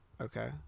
Okay